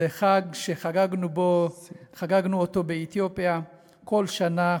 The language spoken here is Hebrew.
זה חג שחגגנו באתיופיה כל שנה,